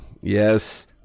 Yes